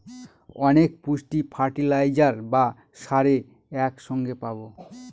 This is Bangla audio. অনেক পুষ্টি ফার্টিলাইজার বা সারে এক সঙ্গে পাবো